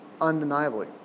Undeniably